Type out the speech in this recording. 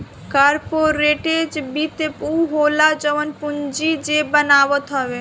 corporate वित्त उ होला जवन पूंजी जे बनावत हवे